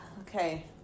okay